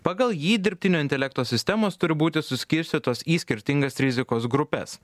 pagal jį dirbtinio intelekto sistemos turi būti suskirstytos į skirtingas rizikos grupes